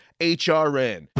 hrn